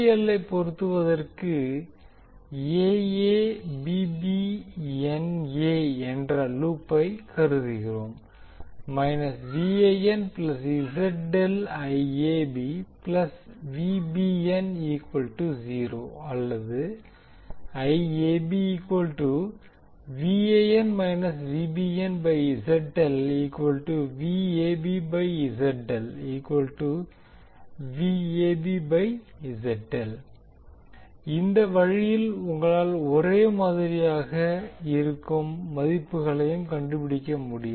L ஐப் பயன்படுத்துவதற்கு ஏஏபிபிஎன்ஏ என்ற லூப்பை கருதுவோம் அல்லது இந்த வழியில் உங்களால் ஒரேமாதிரியாக இருக்கும் மதிப்புகளையும் கண்டுபிடிக்க முடியும்